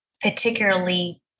particularly